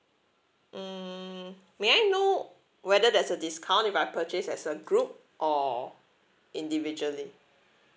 mm may I know whether there's a discount if I purchase as a group or individually